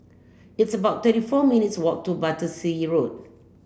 it's about thirty four minutes' walk to Battersea Road